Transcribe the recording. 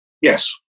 Yes